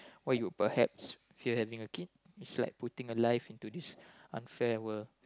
why you perhaps fear having a kid it's like putting a life into this unfair world